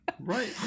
Right